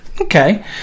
Okay